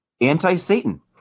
anti-satan